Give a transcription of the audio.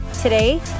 Today